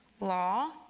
Law